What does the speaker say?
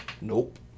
nope